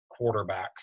quarterbacks